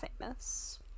famous